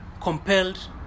compelled